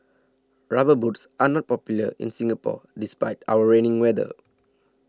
rubber boots are not popular in Singapore despite our rainy weather